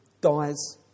dies